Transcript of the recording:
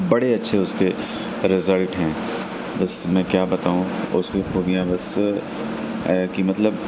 بڑے اچھے اس کے رزلٹ ہیں بس میں کیا بتاؤں اس کی خوبیاں بس کی مطلب